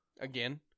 again